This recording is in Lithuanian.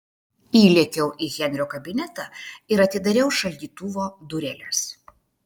įlėkiau į henrio kabinetą ir atidariau šaldytuvo dureles